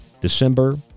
December